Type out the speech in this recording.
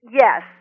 Yes